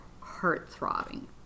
heart-throbbing